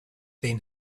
then